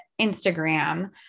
Instagram